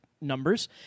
numbers